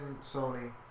Sony